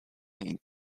heading